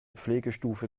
pflegestufe